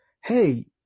hey